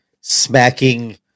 smacking